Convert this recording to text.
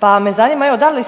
pa me zanima evo da li